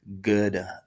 good